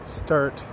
start